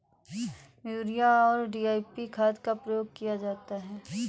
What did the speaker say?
urea और DAP खाद का प्रयोग किया जाता है